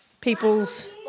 people's